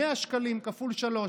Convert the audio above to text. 100 שקלים כפול שלוש,